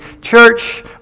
church